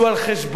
שהוא על חשבוננו,